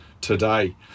today